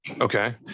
Okay